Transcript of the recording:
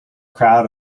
crowd